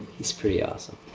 he's pretty awesome.